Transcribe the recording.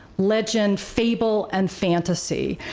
legend, fable, and fantasy,